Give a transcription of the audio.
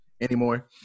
anymore